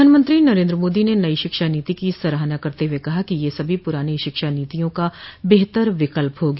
प्रधानमंत्री नरेन्द्र मोदी ने नई शिक्षा नीति की सराहना करते हुए कहा है कि यह सभी पुरानी शिक्षा नीतियों का बेहतर विकल्प होगी